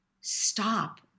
stop